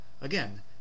Again